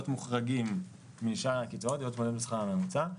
מוחרגים משאר הקצבאות ולהיות צמודים לשכר הממוצע.